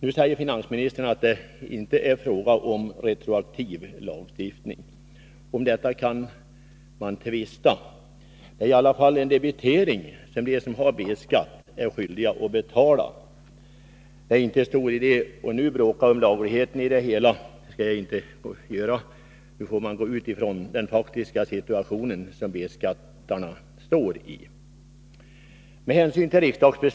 Nu säger finansministern att det inte är fråga om retroaktiv lagstiftning. Om detta kan man tvista. Det är i alla fall en debitering, som de som har B-skatt är skyldiga att betala. Det är inte stor idé att nu bråka om lagligheten i det hela, och det skall jag inte göra. Nu får man gå ut ifrån den faktiska situation som B-skattebetalarna befinner sig i.